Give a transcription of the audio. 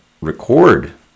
record